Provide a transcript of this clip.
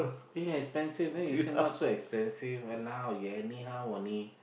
yes expensive then you say not so expensive !walao! you anyhow only